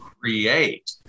create